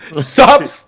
Stop